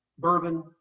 Bourbon